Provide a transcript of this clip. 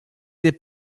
des